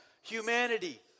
Humanity